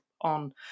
on